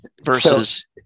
versus